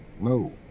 No